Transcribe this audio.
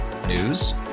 News